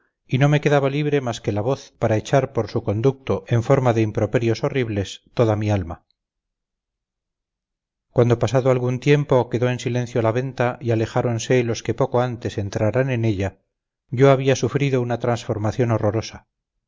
y no me quedaba libre más que la voz para echar por su conducto en forma de improperioshorribles toda mi alma cuando pasado algún tiempo quedó en silencio la venta y alejáronse los que poco antes entraran en ella yo había sufrido una transformación horrorosa